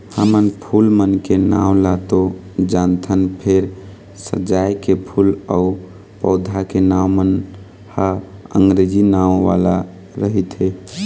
हमन फूल मन के नांव ल तो जानथन फेर सजाए के फूल अउ पउधा के नांव मन ह अंगरेजी नांव वाला रहिथे